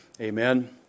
amen